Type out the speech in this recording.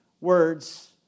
words